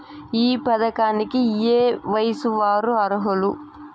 ఈ పథకానికి ఏయే వయస్సు వారు అర్హులు?